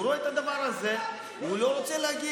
הוא רואה את הדבר הזה, הוא לא רוצה להגיע.